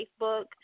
Facebook